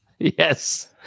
Yes